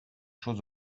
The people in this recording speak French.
choses